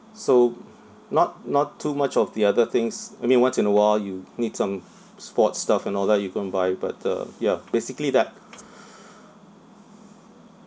so not not too much of the other things I mean once in a while you need some sports stuff and all that you go and buy but uh ya basically that